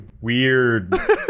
weird